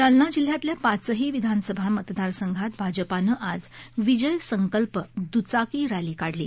जालना जिल्ह्यातल्या पाचही विधानसभा मतदार संघात भाजपानं आज विजय संकल्प द्दचाकी रक्षी काढली